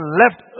left